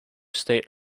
state